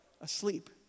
Asleep